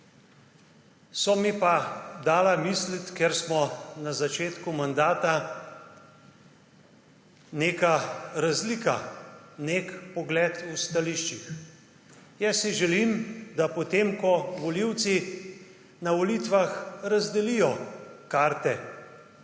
Mi je pa dala misliti, ker smo na začetku mandata, neka razlika, nek pogled v stališčih. Jaz si želim, da, potem ko volivci na volitvah razdelijo karte,